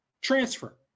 transfer